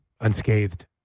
unscathed